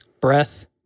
Breath